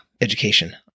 education